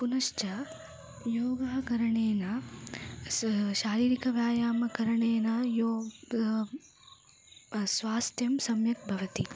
पुनश्च योगः करणेन स शारीरिकः व्यायामं करणेन योगः स्वास्थ्यं सम्यक् भवति